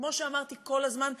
וכמו שאמרתי כל הזמן,